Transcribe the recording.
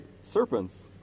serpents